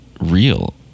real